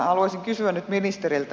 haluaisin kysyä nyt ministeriltä